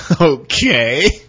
Okay